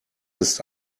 ist